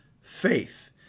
faith